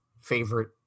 favorite